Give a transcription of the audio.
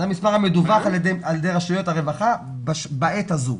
זה המספר המדווח על ידי רשויות הרווחה בעת הזו.